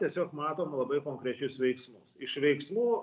tiesiog matom labai konkrečius veiksmus iš veiksmų